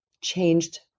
changed